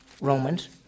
Romans